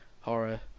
horror